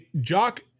Jock